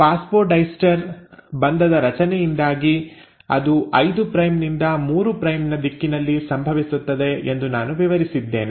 phosphodiester ಬಂಧದ ರಚನೆಯಿಂದಾಗಿ ಅದು 5 ಪ್ರೈಮ್ ನಿಂದ 3 ಪ್ರೈಮ್ ನ ದಿಕ್ಕಿನಲ್ಲಿ ಸಂಭವಿಸುತ್ತದೆ ಎಂದು ನಾನು ವಿವರಿಸಿದ್ದೇನೆ